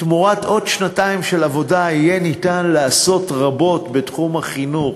תמורת עוד שנתיים של עבודה יהיה אפשר לעשות רבות בתחום החינוך,